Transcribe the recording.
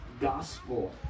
gospel